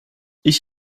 ich